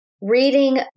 reading